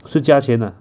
是加钱啊